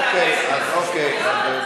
אוקיי, אוקיי, בסדר.